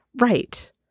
Right